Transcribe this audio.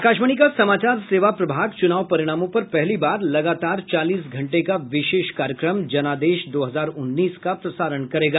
आकाशवाणी का समाचार सेवा प्रभाग चुनाव परिणामों पर पहली बार लगातार चालीस घंटे का विशेष कार्यक्रम जनादेश दो हजार उन्नीस का प्रसारण करेगा